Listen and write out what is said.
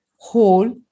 whole